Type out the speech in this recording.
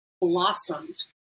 blossomed